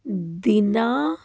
ਦਿਨਾਂ